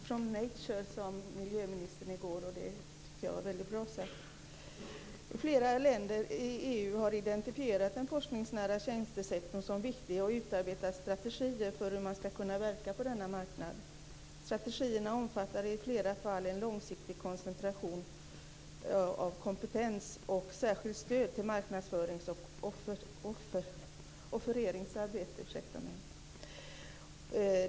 Fru talman! Science comes from nature sade miljöministern i går, och det tycker jag var väldigt bra sagt. Flera länder i EU har identifierat den forskningsnära tjänstesektorn som viktig och utarbetat strategier för hur man ska kunna verka på denna marknad. Strategierna omfattar i flera fall en långsiktig koncentration av kompetens och särskilt stöd till marknadsförings och offereringsarbete.